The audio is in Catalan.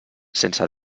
sense